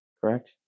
correct